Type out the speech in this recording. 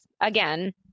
Again